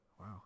wow